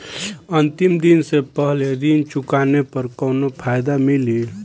अंतिम दिन से पहले ऋण चुकाने पर कौनो फायदा मिली?